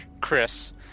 Chris